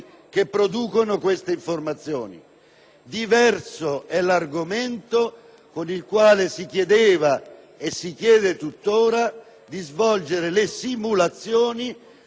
con il quale si chiedeva, e si chiede tuttora, di svolgere le simulazioni per capire come l'applicazione del federalismo fiscale inciderà